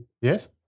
Yes